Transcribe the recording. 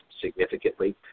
significantly